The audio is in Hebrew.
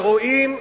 גם ז'בוטינסקי.